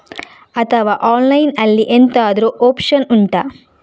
ಅಥವಾ ಆನ್ಲೈನ್ ಅಲ್ಲಿ ಎಂತಾದ್ರೂ ಒಪ್ಶನ್ ಉಂಟಾ